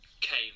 came